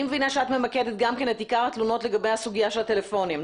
אני מבינה שאת ממקדת גם את עיקר התלונות לגבי הסוגיה של הטלפונים.